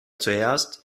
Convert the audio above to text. zuerst